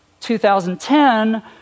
2010